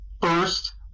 first